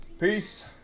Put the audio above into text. Peace